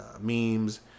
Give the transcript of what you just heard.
memes